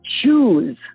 Choose